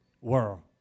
world